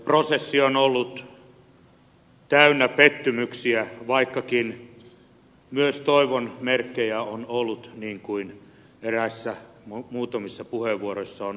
prosessi on ollut täynnä pettymyksiä vaikkakin myös toivon merkkejä on ollut niin kuin muutamissa puheenvuoroissa on viitattu